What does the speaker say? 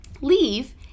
leave